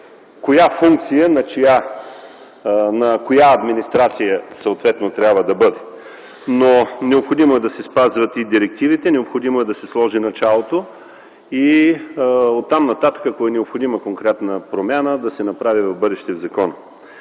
коя функция на коя администрация съответно трябва да бъде. Необходимо е да се спазват и директивите, необходимо е да се сложи началото и оттам нататък, ако е необходима конкретна промяна – да се направи в бъдеще в закона.